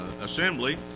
assembly